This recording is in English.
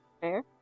fair